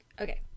Okay